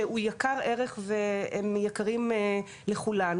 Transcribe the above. שהוא יקר ערך והם יקרים לכולנו,